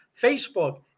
Facebook